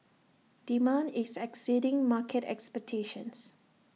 demand is exceeding market expectations